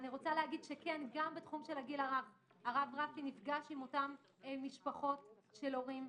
גם בתחום הגיל הרך הרב רפי נפגש עם אותן משפחות של הורים,